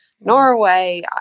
Norway